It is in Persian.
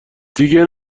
دیگه